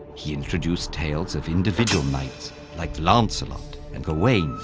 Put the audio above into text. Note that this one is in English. he introduced tales of individual knights like lancelot and gawain,